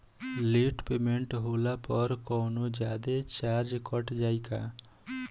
Late payment होला पर कौनोजादे चार्ज कट जायी का?